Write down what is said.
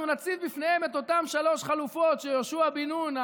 אנחנו נציב בפניהם את אותן שלוש חלופות שיהושע בן נון,